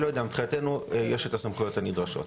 מבחינתנו יש לנו את הסמכויות הנדרשות.